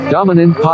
Dominant